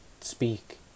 speak